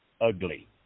ugly